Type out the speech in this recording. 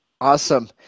awesome